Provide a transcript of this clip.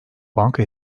banka